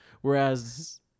Whereas